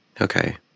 Okay